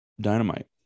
dynamite